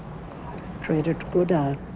traitor to go dad